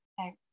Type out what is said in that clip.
Okay